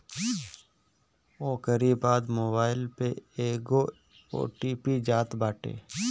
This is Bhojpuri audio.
ओकरी बाद मोबाईल पे एगो ओ.टी.पी जात बाटे